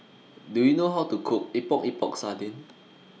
Do YOU know How to Cook Epok Epok Sardin